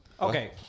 Okay